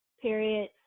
period